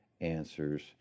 answers